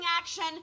action